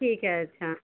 ठीक है अच्छा